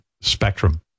Spectrum